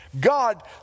God